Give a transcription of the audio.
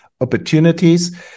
opportunities